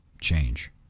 change